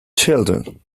children